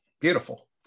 Beautiful